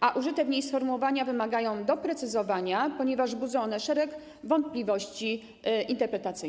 a użyte w niej sfomułowania wymagają doprecyzowania, ponieważ budzą szereg wątpliwości interpretacyjnych.